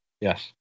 Yes